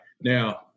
now